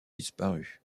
disparue